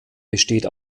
besteht